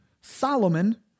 Solomon